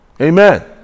Amen